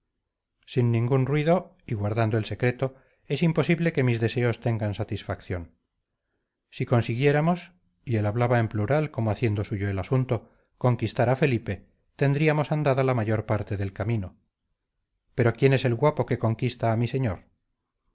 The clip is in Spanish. sin ningún ruido y guardando el secreto es imposible que mis deseos tengan satisfacción si consiguiéramos y él hablaba en plural como haciendo suyo el asunto conquistar a felipe tendríamos andada la mayor parte del camino pero quién es el guapo que conquista a mi señor